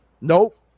Nope